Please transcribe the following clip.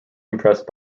impressed